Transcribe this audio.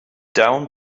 down